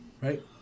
right